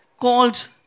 called